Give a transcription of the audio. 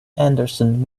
anderson